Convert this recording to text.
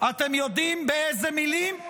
אתם יודעים באיזה מילים?